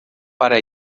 para